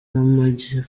yabonye